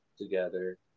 together